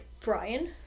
Brian